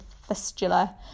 fistula